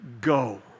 Go